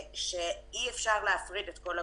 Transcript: שאי אפשר להפריד את כל הגופים.